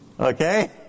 Okay